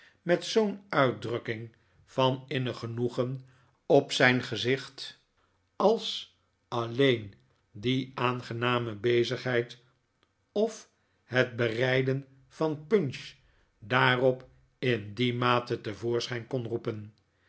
met zoo'n uitdrukking van innig genoegen op zijn gezicht als alleen die aangename bezigheid of het bereiden van punch daarop in die mate te voorschijn kon roepen